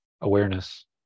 awareness